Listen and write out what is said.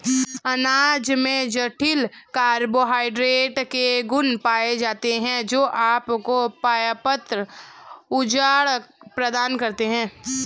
अनाज में जटिल कार्बोहाइड्रेट के गुण पाए जाते हैं, जो आपको पर्याप्त ऊर्जा प्रदान करते हैं